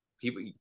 people